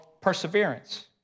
perseverance